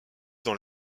dans